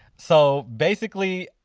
so basically,